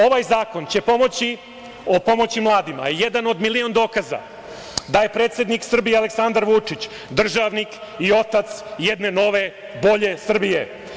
Ovaj zakon će pomoći mladima je jedan od milion dokaza da je predsednik Srbije Aleksandar Vučić državnik i otac jedne nove bolje Srbije.